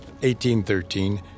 1813